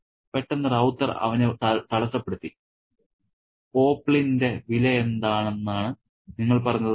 പെട്ടെന്ന് റൌത്തർ അവനെ തടസ്സപ്പെടുത്തി 'പോപ്ലിന്റെ വിലയെന്താണെന്നാണ് നിങ്ങൾ പറഞ്ഞത്